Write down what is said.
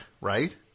right